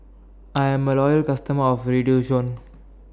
I'm A Loyal customer of Redoxon